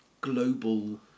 global